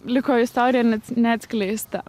liko istorija ne neatskleista